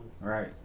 Right